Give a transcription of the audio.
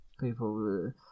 People